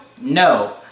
No